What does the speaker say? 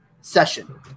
session